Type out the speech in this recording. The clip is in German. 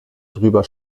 drüber